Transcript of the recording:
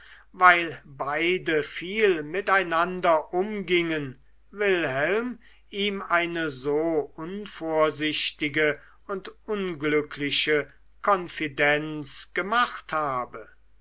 weil beide viel miteinander umgingen wilhelm ihm eine so unvorsichtige und unglückliche konfidenz gemacht habe